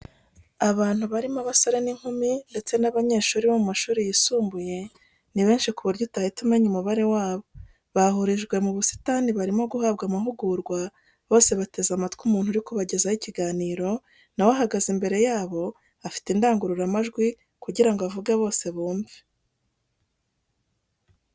Abantu barimo abasore n'inkumi ndetse n'abanyeshuri bo mu mashuri yisumbuye, ni benshi ku buryo utahita umenya umubare wabo, bahurijwe mu busitani barimo guhabwa amahugurwa, bose bateze amatwi umuntu uri kubagezaho ikiganiro, na we ahagaze imbere yabo afite indangururamajwi kugira ngo avuge bose bumve.